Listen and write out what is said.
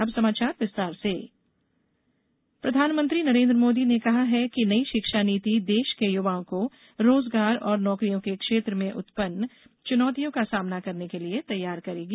अब समाचार विस्तार से नई शिक्षा नीति प्रधानमंत्री नरेन्द्र मोदी ने कहा है नई शिक्षा नीति देश के युवाओं को रोजगार और नौकरियों के क्षेत्र में उत्पन्न चुनौतियों का सामना करने के लिए तैयार करेगी